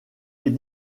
est